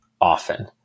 often